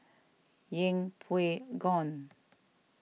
Yeng Pway Ngon